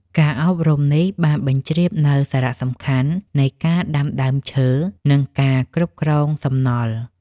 ការអប់រំនេះបានបញ្ជ្រាបនូវសារៈសំខាន់នៃការដាំដើមឈើ និងការគ្រប់គ្រងសំណល់។